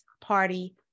Party